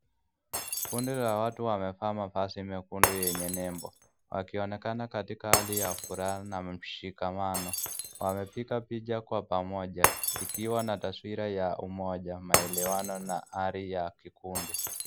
Kundi la watu wamefaa mavazi mekundu yenye nembo wakionekana katika hali ya furaha na mshikamano wamepiga picha kwa pamoja ikiwa na taswira ya umoja maelewano na hali ya kikundi.